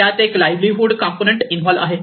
त्यात एक livelihood component involve आहे